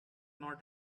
not